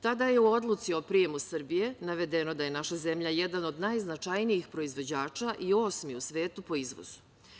Tada je u Odluci o prijemu Srbije navedeno da je naša zemlja jedan od najznačajnijih proizvođača i osmi u svetu po izvozu.